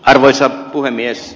arvoisa puhemies